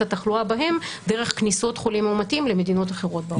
התחלואה בהם דרך כניסות חולים מאומתים למדינות אחרות בעולם.